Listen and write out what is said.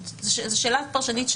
זו שאלה פרשנית,